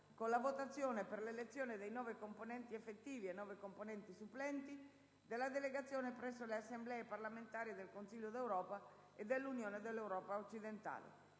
con la votazione per l'elezione di nove componenti effettivi e nove componenti supplenti della delegazione presso le Assemblee parlamentari del Consiglio d'Europa e dell'Unione dell'Europa occidentale